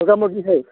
मोगा मोगिहाय